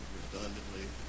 redundantly